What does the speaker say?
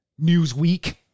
Newsweek